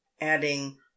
adding